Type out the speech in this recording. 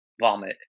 vomit